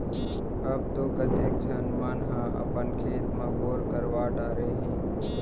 अब तो कतेक झन मन ह अपन खेत म बोर करवा डारे हें